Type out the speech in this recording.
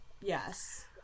yes